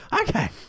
Okay